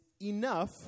enough